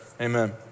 amen